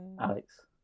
Alex